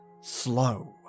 slow